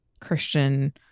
Christian